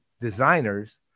designers